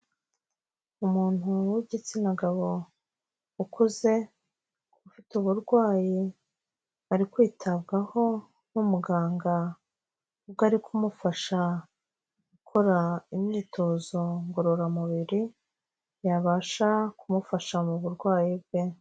Umuntu w'igitsina gabo ukuze ufite uburwayi ari kwitabwaho n'umuganga ubwo ari kumufasha gukora imyitozo ngororamubiri, yabasha kumufasha mu burwayi bwe.